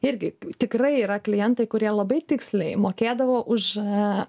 irgi tikrai yra klientai kurie labai tiksliai mokėdavo už aaa